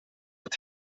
het